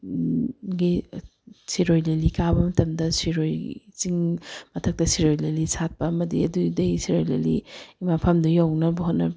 ꯒꯤ ꯁꯤꯔꯣꯏ ꯂꯤꯂꯤ ꯀꯥꯕ ꯃꯇꯝꯗ ꯁꯤꯔꯣꯏ ꯆꯤꯡ ꯃꯊꯛꯇ ꯁꯤꯔꯣꯏ ꯂꯤꯂꯤ ꯁꯥꯠꯄ ꯑꯃꯗꯤ ꯑꯗꯨꯗꯩ ꯁꯤꯔꯣꯏ ꯂꯤꯂꯤꯒꯤ ꯃꯐꯝꯗꯨ ꯌꯧꯅꯕ ꯍꯣꯠꯅ